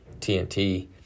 TNT